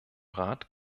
rat